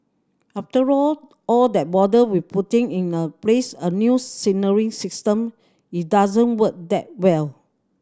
after all that bother with putting in the place a new signalling system it doesn't work that well